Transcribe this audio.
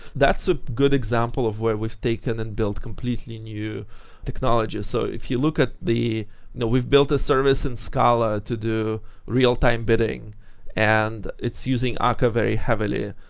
that's a good example of where we've taken and build completely new technologies. so if you look at the we've built a service in scala to do real-time bidding and its using akka very heavily,